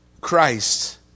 Christ